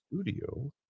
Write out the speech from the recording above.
studio